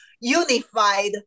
unified